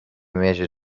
measure